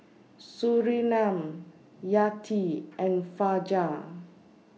Surinam Yati and Fajar